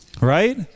right